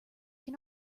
can